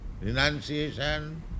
Renunciation